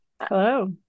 Hello